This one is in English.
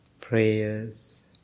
prayers